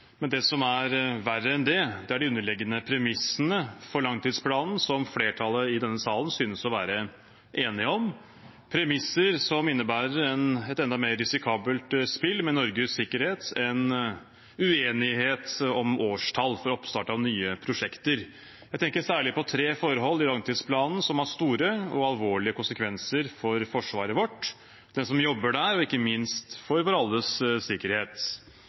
Men det som er verre enn det, er de underliggende premissene for langtidsplanen – som flertallet i denne salen synes å være enige om – som innebærer et enda mer risikabelt spill med Norges sikkerhet. Det er verre enn uenighet om årstall for oppstart av nye prosjekter. Jeg tenker særlig på tre forhold i langtidsplanen som har store og alvorlige konsekvenser for forsvaret vårt, for dem som jobber der, og ikke minst for vår alles